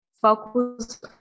focus